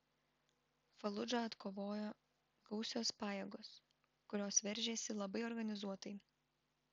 faludžą atkovojo gausios pajėgos kurios veržėsi labai organizuotai